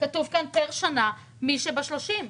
כתוב כאן: פר שנה מי שב-30.